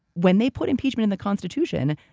when they put impeachment in the constitution,